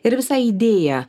ir visa idėja